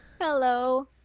Hello